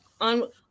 On